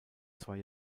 zwei